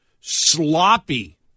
sloppy